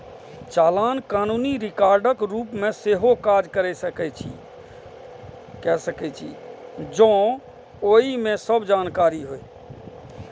चालान कानूनी रिकॉर्डक रूप मे सेहो काज कैर सकै छै, जौं ओइ मे सब जानकारी होय